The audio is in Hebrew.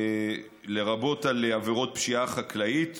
לרבות על עבירות פשיעה חקלאית,